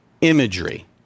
imagery